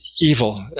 evil